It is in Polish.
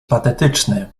patetyczny